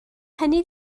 hynny